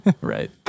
Right